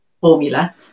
formula